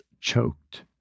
choked